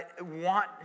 want